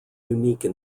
unique